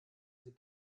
sie